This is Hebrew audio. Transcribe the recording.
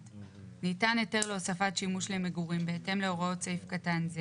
(8ב)ניתן היתר להוספת שימוש למגורים בהתאם להוראות סעיף קטן זה